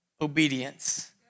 obedience